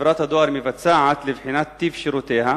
שחברת הדואר מבצעת לבחינת טיב שירותיה,